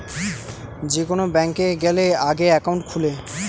যে কোন ব্যাংকে গ্যালে আগে একাউন্ট খুলে